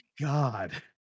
God